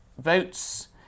votes